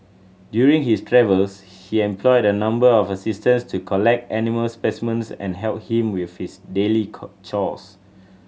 during his travels he employed a number of assistants to collect animal specimens and help him with his daily chores